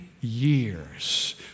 years